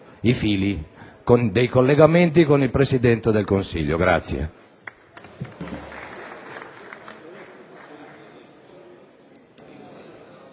i fili dei collegamenti con il Presidente del Consiglio.